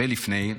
וגם לפני,